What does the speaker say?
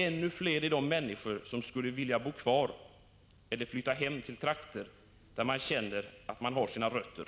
Ännu fler är de människor som skulle vilja bo kvar i eller flytta hem till trakter där de känner att de har sina rötter.